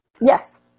Yes